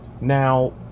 Now